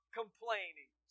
complaining